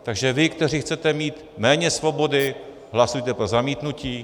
Takže vy, kteří chcete mít méně svobody, hlasujte pro zamítnutí.